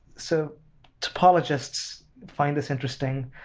so topologists find this interesting.